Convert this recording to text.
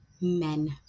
men